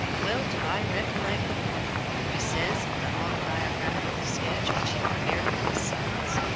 well do i recollect the morning, he says in the autobiographical sketch which he prepared for his sons,